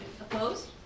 Opposed